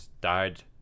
died